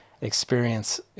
experience